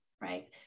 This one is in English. right